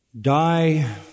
die